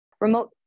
Remote